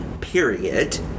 period